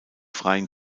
freien